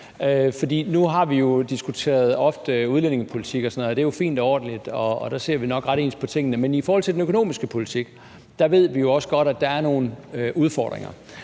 nu har vi ofte diskuteret udlændingepolitik, og det er jo fint og ordentligt, og der ser vi nok ret ens på tingene, men i forhold til den økonomiske politik ved vi jo også godt at der er nogle udfordringer.